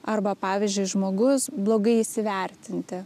arba pavyzdžiui žmogus blogai įsivertinti